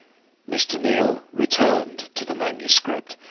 mr. neal returned to the manuscript,